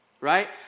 right